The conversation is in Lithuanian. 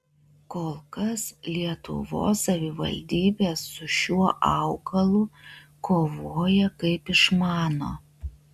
kol kas lietuvos savivaldybės su šiuo augalu kovoja kaip išmano